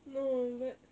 no but